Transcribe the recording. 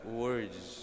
words